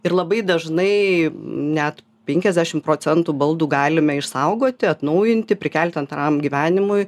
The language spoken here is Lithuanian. ir labai dažnai net penkiasdešim procentų baldų galime išsaugoti atnaujinti prikelti antram gyvenimui